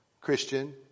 Christian